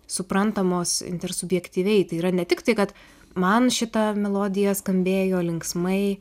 suprantamos intersubjektyviai tai yra ne tik tai kad man šita melodija skambėjo linksmai